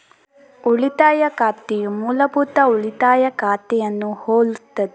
ಉಳಿತಾಯ ಖಾತೆಯು ಮೂಲಭೂತ ಉಳಿತಾಯ ಖಾತೆಯನ್ನು ಹೋಲುತ್ತದೆ